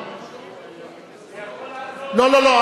אני יכול לעזור, לא, לא, לא.